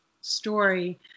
story